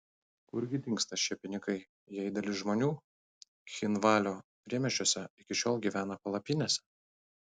kur gi dingsta šie pinigai jei dalis žmonių cchinvalio priemiesčiuose iki šiol gyvena palapinėse